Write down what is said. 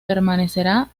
permanecerá